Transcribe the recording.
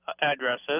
addresses